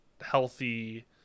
healthy